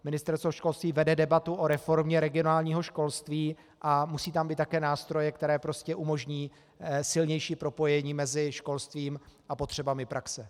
Ministerstvo školství vede debatu o reformě regionálního školství a musí tam být také nástroje, které prostě umožní silnější propojení mezi školstvím a potřebami praxe.